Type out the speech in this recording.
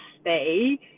stay